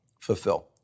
fulfill